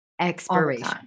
expiration